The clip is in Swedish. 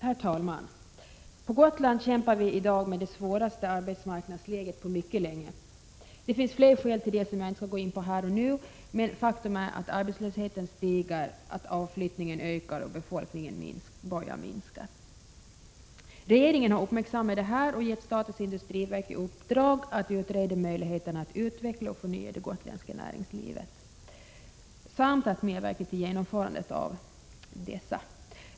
Herr talman! På Gotland kämpar vi i dag med det svåraste arbetsmarknadsläget på mycket länge. Det finns flera skäl till detta, som jag inte skall gå in på här och nu. Men faktum är att arbetslösheten stiger, avflyttningen ökar och befolkningens antal börjar minska. Regeringen har uppmärksammat detta och har gett statens industriverk i uppdrag att utreda möjligheterna att utveckla och förnya det gotländska näringslivet samt att medverka till genomförandet av åtgärderna.